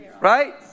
Right